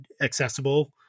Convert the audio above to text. accessible